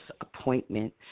appointment